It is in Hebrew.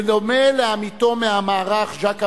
כמו עמיתו מהמערך ז'אק אמיר,